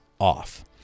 off